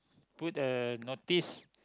put a notice